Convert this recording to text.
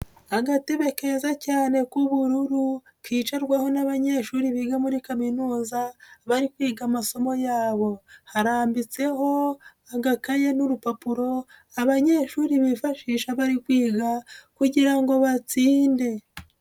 Agatebe keza cyane k'ubururu, kicarwaho n'abanyeshuri biga muri Kaminuza, bari kwiga amasomo yabo. Harambitseho agakaye n'urupapuro, abanyeshuri bifashisha bari kwiga kugira ngo batsinde.